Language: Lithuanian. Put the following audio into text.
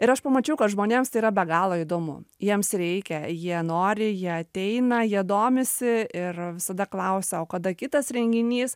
ir aš pamačiau kad žmonėms tai yra be galo įdomu jiems reikia jie nori jie ateina jie domisi ir visada klausia o kada kitas renginys